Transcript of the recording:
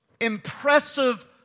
impressive